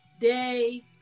day